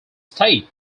stayed